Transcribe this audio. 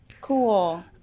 Cool